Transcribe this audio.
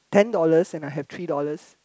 ten dollars and I have three dollars